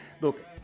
look